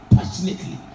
Passionately